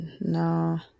No